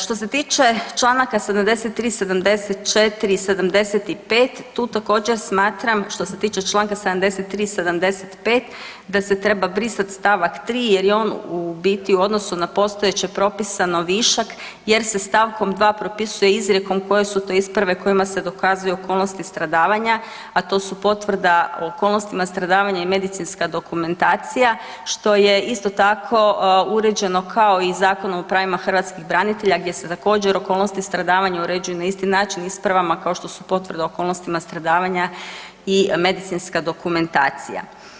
Što se tiče Članaka 73., 74. i 75. tu također smatram što se tiče Članka 73., 75. da se treba brisati stavak 3. jer je on u biti u odnosu na postojeće propisano višak jer se stavkom 2. propisuje izrijekom koje su to isprave kojima se dokazuje okolnosti stradavanja, a to su potvrda o okolnostima stradavanja i medicinska dokumentacija što je isto tako uređeno kao i u Zakonu o pravima hrvatskih branitelja gdje se također okolnosti stradavanja uređuju na isti način ispravama kao što su potvrda o okolnostima stradavanja i medicinska dokumentacija.